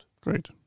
Great